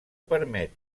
permet